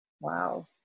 Wow